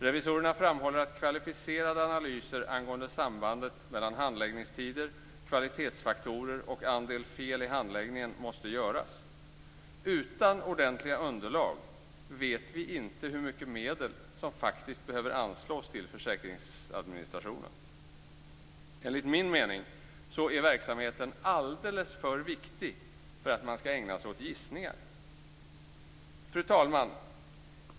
Revisorerna framhåller att kvalificerade analyser angående sambandet mellan handläggningstider, kvalitetsfaktorer och andel fel i handläggningen måste göras. Utan ordentliga underlag vet vi inte hur mycket medel som faktiskt behöver anslås till försäkringsadministrationen. Enligt min mening är verksamheten alldeles för viktig för att man skall ägna sig åt gissningar. Fru talman!